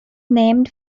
named